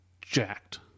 jacked